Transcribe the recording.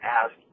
ask